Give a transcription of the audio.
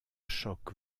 choc